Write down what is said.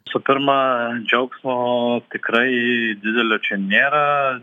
su pirma džiaugsmo tikrai didelio čia nėra